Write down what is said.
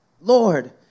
Lord